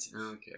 Okay